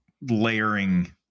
layering